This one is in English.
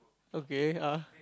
okay uh